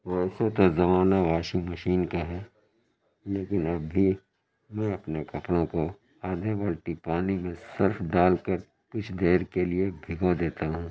ویسے تو زمانہ واشنگ مشین کا ہے لیکن اب بھی میں اپنے کپڑوں کو آدھے بالٹی پانی میں صرف ڈال کر کچھ دیر کے لیے بھگو دیتا ہوں